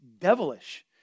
devilish